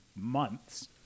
months